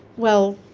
well,